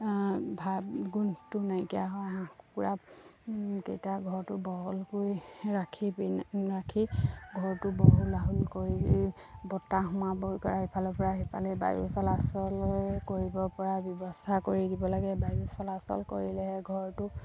ভাৱ গোন্ধটো নাইকিয়া হয় হাঁহ কুকুৰাকেইটা ঘৰটো বহলকৈ ৰাখি পিনে ৰাখি ঘৰটো বহল আহল কৰি বতাহ সোমাবই পৰা ইফালৰপৰা সিফালে বায়ু চলাচল কৰিব পৰা ব্যৱস্থা কৰি দিব লাগে বায়ু চলাচল কৰিলেহে ঘৰটো